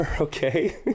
okay